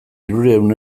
hirurehun